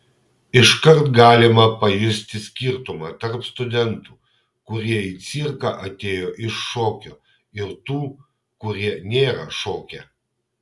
iškart galima pajusti skirtumą tarp studentų kurie į cirką atėjo iš šokio ir tų kurie nėra šokę